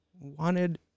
wanted